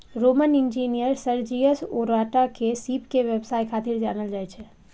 Roman engineer Sergius Orata के सीप के व्यवसाय खातिर जानल जाइ छै